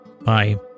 Bye